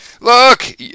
Look